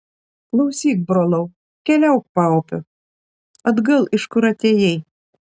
klausyk brolau keliauk paupiu atgal iš kur atėjai